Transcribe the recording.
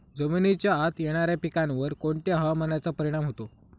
जमिनीच्या आत येणाऱ्या पिकांवर कोणत्या हवामानाचा परिणाम होतो?